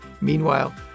Meanwhile